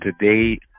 today